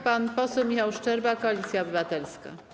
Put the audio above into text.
Pan poseł Michał Szczerba, Koalicja Obywatelska.